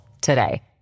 today